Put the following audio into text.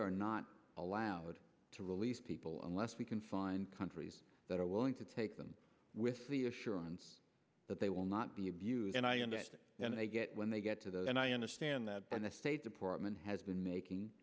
are not allowed to release people unless we can find countries that are willing to take them with the assurance that they will not be abused and i understand and i get when they get to that and i understand that and the state department has been making